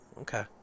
Okay